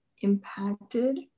impacted